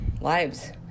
lives